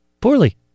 Poorly